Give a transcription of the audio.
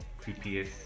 creepiest